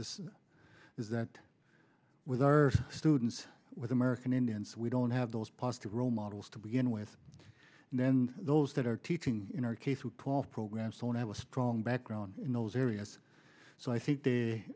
this is that with our students with american indians we don't have those positive role models to begin with and then those that are teaching in our case with twelve programs so when i was a strong background in those areas so i think they